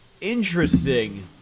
interesting